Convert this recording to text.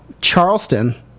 Charleston